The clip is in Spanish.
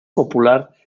popular